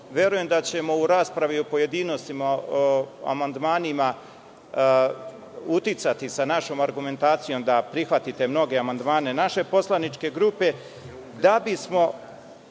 Verujem da ćemo u raspravi o pojedinostima uticati, sa našom argumentacijom, da prihvatite mnoge amandmane naše poslaničke grupe, da bismo